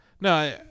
No